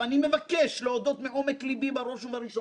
שלולא עקשנותך ודבקותך